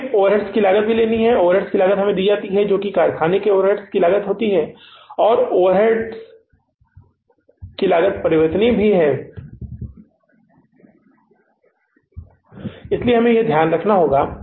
हमें ओवरहेड लागत भी लेनी होगी ओवरहेड लागत हमें दी जाती है जो कि कारखाने के ओवरहेड्स तय होती हैं और ओवरहेड परिवर्तनीय हैं इसलिए हमें इसे ध्यान में रखना होगा